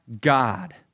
God